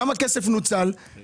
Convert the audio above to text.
כמה כסף נוצל,